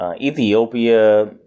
Ethiopia